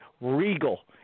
regal